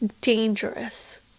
dangerous